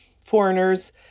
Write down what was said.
foreigners